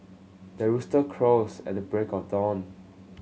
the rooster crows at the break of dawn